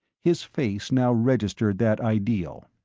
his face now registered that ideal.